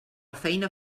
feina